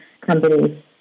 companies